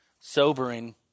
Sobering